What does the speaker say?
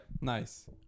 Nice